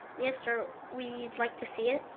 yes sir, we'd like to see it.